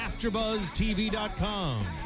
AfterBuzzTV.com